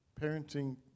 parenting